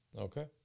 Okay